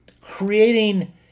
creating